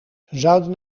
zouden